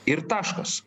ir taškas